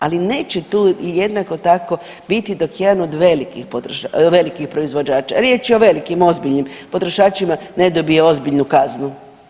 Ali neće tu jednako tako biti dok jedan od velikih proizvođača, riječ je o velikim ozbiljnim potrošačima ne dobije ozbiljnu kaznu.